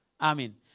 Amen